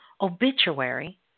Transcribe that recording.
obituary